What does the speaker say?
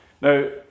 Now